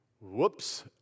Whoops